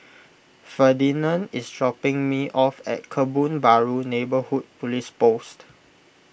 Ferdinand is dropping me off at Kebun Baru Neighbourhood Police Post